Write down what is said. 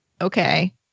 Okay